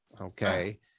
Okay